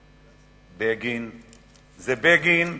ובגין, זה בגין ומרידור,